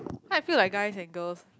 how I feel like guys and girls